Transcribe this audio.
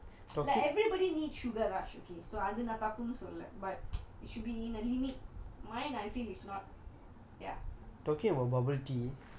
like everybody need sugar rush okay so அது நான் தப்புன்னு சொல்லல:athu naan thappunu sollala but it should be in a limit my I feel like mine is not ya